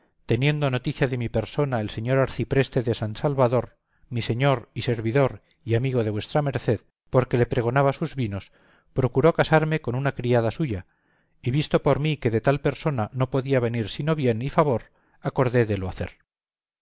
teniendo noticia de mi persona el señor arcipreste de sant salvador mi señor y servidor y amigo de vuestra merced porque le pregonaba sus vinos procuró casarme con una criada suya y visto por mí que de tal persona no podía venir sino bien y favor acordé de lo hacer